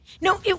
No